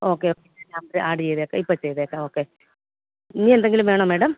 okay add ചെയ്തേക്കാം ഇപ്പം ചെയ്തേക്കാം ഓക്കെ ഇനി എന്തെങ്കിലും വേണോ മേഡം